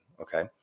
Okay